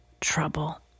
trouble